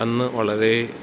അന്ന് വളരേ